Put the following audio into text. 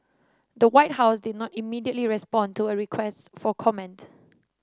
the White House did not immediately respond to a request for comment